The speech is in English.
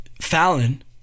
Fallon